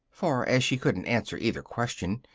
for, as she couldn't answer either question,